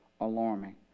alarming